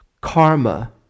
karma